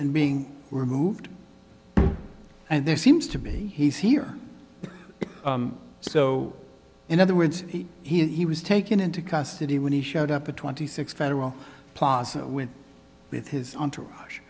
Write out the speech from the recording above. and being removed and there seems to be he's here so in other words he was taken into custody when he showed up at twenty six federal plaza and went with his entourage